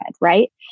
right